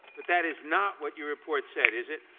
but that is not what your report said, is it?